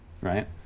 right